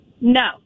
No